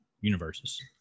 universes